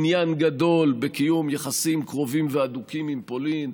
עניין גדול בקיום יחסים קרובים והדוקים עם פולין,